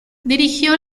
dirigió